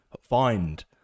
find